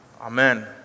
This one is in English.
Amen